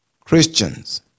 christians